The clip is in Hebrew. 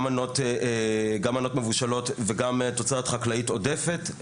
גם מנות מבושלות וגם תוצרת חקלאית עודפת,